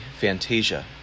Fantasia